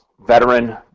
veteran